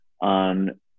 on